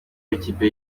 w’ikipe